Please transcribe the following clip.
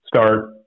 start